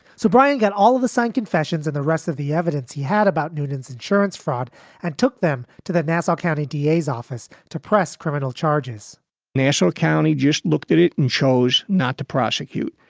so, brian, get all of the signed confessions and the rest of the evidence he had about newton's insurance fraud and took them to that nassau county d a s office to press criminal charges nassau county just looked at it and chose not to prosecute.